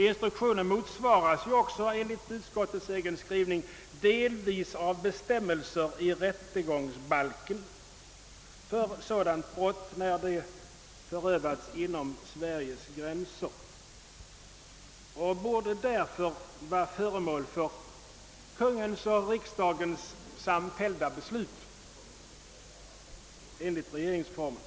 Instruktionen motsvaras iu också enligt utskottets egen skrivning delvis av bestämmelser i rättegångsbalken för sådant brott när det förövas inom Sveriges gränser. Den borde därför vara föremål för Kungl. Maj:ts och riksdagens samfällda beslut enligt regeringsformen.